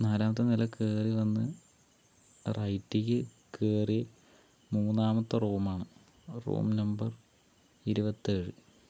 നാലാമത്തെ നില കയറിവന്ന് റൈറ്റിലേക്ക് കയറി മൂന്നാമത്തെ റൂമാണ് റൂം നമ്പർ ഇരുപത്തേഴ്